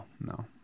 no